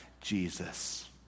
Jesus